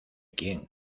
quién